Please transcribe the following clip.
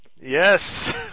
Yes